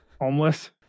Homeless